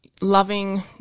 Loving